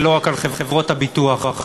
ולא רק לחברות הביטוח.